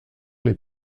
les